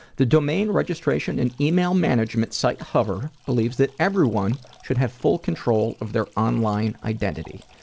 the domain registration and email management site hover believes that everyone should have full control of their online identity.